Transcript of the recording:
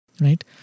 Right